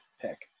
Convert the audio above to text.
pick